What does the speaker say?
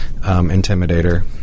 intimidator